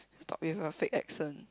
stop with your fake accent